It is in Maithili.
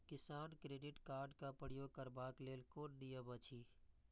किसान क्रेडिट कार्ड क प्रयोग करबाक लेल कोन नियम अछि?